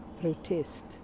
protest